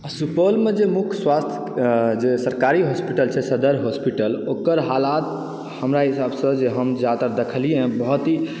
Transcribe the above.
सुपौलमे जे मुख्य स्वास्थ्य के जे सरकारी हॉस्पिटल छै सदर हॉस्पिटल ओकर हालत हमरा हिसाबसँ जे हम जादातर देखलियै बहुत ही